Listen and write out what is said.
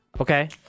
Okay